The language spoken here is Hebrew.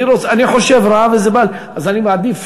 אני חושב רע וזה בא, אז אני מעדיף